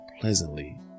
pleasantly